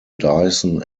dyson